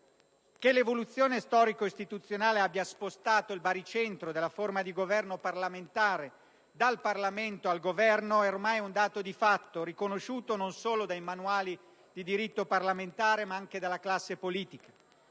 Che l'evoluzione storico-istituzionale abbia spostato il baricentro della forma di Governo parlamentare dal Parlamento ai Governo è ormai un dato di fatto riconosciuto non solo dai manuali di diritto parlamentare ma anche dalla classe politica.